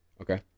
Okay